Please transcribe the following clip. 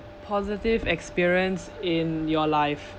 positive experience in your life